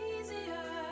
easier